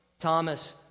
Thomas